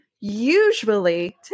usually